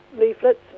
leaflets